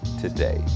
today